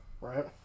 Right